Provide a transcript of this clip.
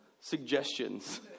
Suggestions